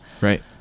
Right